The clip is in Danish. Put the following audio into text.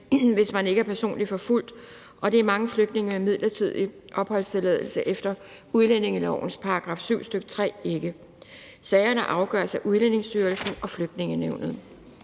hvis de ikke er personligt forfulgt, og det er mange flygtninge med midlertidig opholdstilladelse efter udlændingelovens § 7, stk. 3, ikke. Sagerne afgøres af Udlændingestyrelsen og Flygtningenævnet.